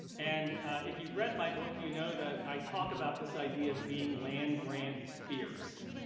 and if you've read my book, you know that i talk about this idea of being land-grant fierce.